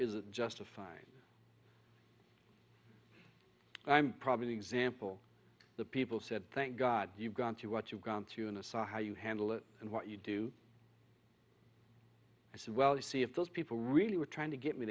is justified i'm probably the example the people said thank god you've gone through what you've gone through intissar how you handle it and what you do as well to see if those people really were trying to get me